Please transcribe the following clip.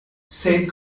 saint